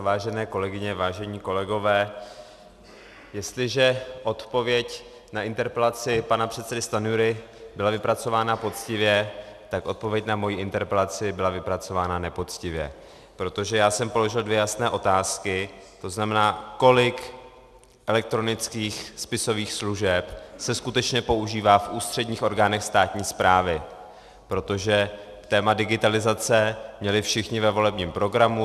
Vážené kolegyně, vážení kolegové, jestliže odpověď na interpelaci pana předsedy Stanjury byla vypracována poctivě, tak odpověď na moji interpelaci byla vypracována nepoctivě, protože já jsem položil dvě jasné otázky, tzn. kolik elektronických spisových služeb se skutečně používá v ústředních orgánech státní správy, protože téma digitalizace měli všichni ve volebním programu.